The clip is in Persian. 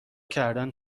کردن